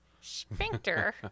Sphincter